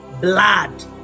blood